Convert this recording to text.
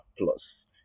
plus